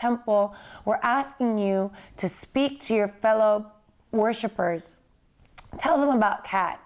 temple we're asking you to speak to your fellow worshipers tell them about pat